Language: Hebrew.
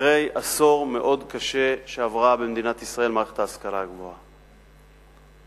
אחרי עשור מאוד קשה שעברה מערכת ההשכלה הגבוהה במדינת ישראל.